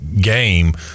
game